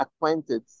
acquainted